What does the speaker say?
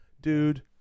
dude